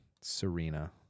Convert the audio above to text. Serena